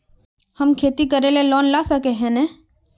हम खेती करे ले लोन ला सके है नय?